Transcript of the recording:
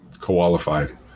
qualified